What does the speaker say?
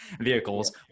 vehicles